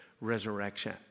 resurrection